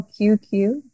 QQ